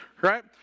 right